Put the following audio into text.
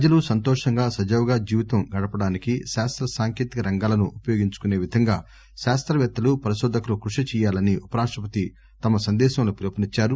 ప్రజలు సంతోషంగా సజావుగా జీవితం గడపడానికి శాస్త సాంకేతిక రంగాలను ఉపయోగించుకునే విధంగా శాస్తపేత్తలు పరిశోధకులు కృషి చేయాలని ఉప రాష్టపతి తమ సందేశంలో పిలుపునిచ్చారు